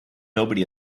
nobody